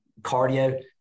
cardio